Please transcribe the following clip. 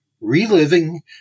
Reliving